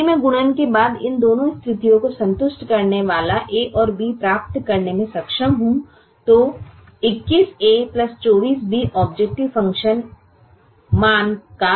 यदि मैं गुणन के बाद इन दोनों स्थितियों को संतुष्ट करने वाला a और b प्राप्त करने में सक्षम हूं तो 21a 24b ऑबजेकटिव फ़ंक्शन मान का एक ऊपरी अनुमान है